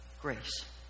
grace